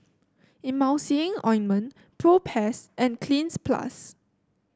Emulsying Ointment Propass and Cleanz Plus